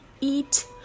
eat